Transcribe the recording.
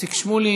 איציק שמולי.